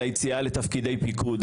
על היציאה לתפקידי פיקוד,